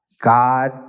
God